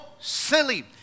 silly